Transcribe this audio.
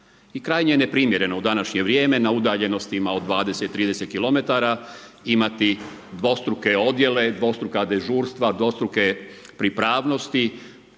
krajnje je neprimjereno u današnje vrijeme na udaljenostima od 20, 30 km imati dvostruke odjele, dvostruka dežurstva, dvostruke pripravnosti,